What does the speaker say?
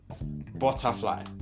butterfly